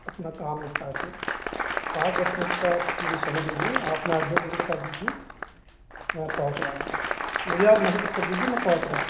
अपना काम निपटा कर पाँच दस मिनट का आप मुझे समय दीजिए आपना एड्रैस मुझे बता दीजिए मैं पहुँच रहा हूँ बस मुझे आप मैसेज कर दीजिए मैं पहुँच रहा